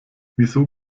wieso